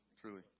Truly